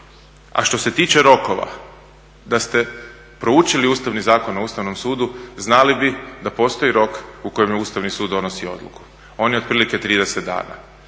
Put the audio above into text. A što se tiče rokova, da ste proučili Ustavni zakon o Ustavnom sudu znali bi da postoji rok u kojem Ustavni sud donosi odluku. On je otprilike 30 dana.